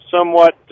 Somewhat